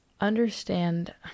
Understand